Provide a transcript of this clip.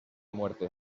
muerte